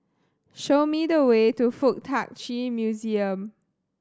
show me the way to Fuk Tak Chi Museum